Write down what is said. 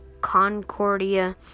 Concordia